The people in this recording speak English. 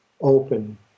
open